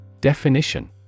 Definition